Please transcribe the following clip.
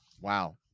wow